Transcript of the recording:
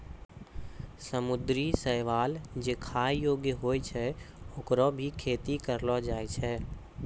समुद्री शैवाल जे खाय योग्य होय छै, होकरो भी खेती करलो जाय छै